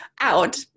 out